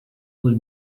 les